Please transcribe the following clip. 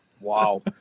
Wow